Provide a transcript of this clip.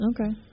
Okay